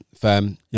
firm